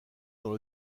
dans